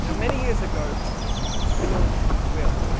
yeah many years ago we launched will